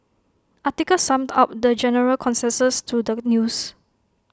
article summed up the general consensus to the news